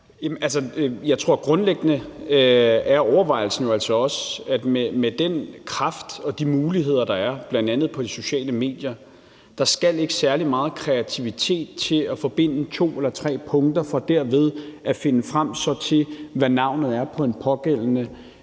jo altså også er, at med den kraft og de muligheder, der er bl.a. på de sociale medier, skal der ikke særlig meget kreativitet til at forbinde to eller tre punkter for derved at finde frem til, hvad navnet er på en bestemt